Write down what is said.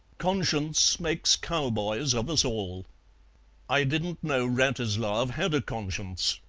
conscience makes cowboys of us all i didn't know wratislav had a conscience.